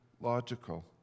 logical